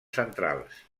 centrals